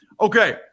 Okay